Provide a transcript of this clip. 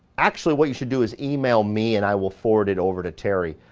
actually what you should do is email me and i will forward it over to terry.